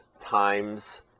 times